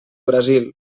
brasil